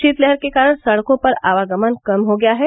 शीतलहर के कारण सड़कों पर आवागमन कम हो गया है